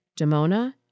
Damona